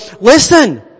Listen